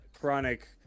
chronic